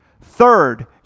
Third